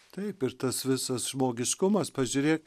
taip ir tas visas žmogiškumas pažiūrėk